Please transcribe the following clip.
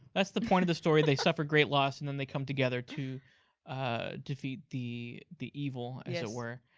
that's the point of the story. they suffered great loss, and then they come together to defeat the the evil, as it were.